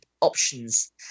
options